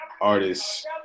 artists